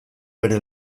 bere